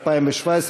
המשרד לביטחון הפנים,